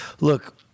look